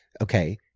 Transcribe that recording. okay